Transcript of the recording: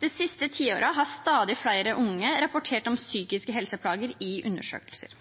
Det siste tiåret har stadig flere unge rapportert om psykiske helseplager i undersøkelser.